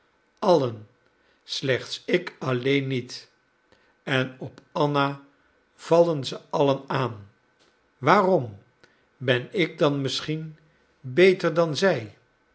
allen slechts ik alleen niet en op anna vallen ze allen aan waarom ben ik dan misschien beter dan zij